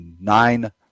nine